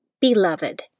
Beloved